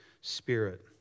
spirit